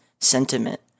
sentiment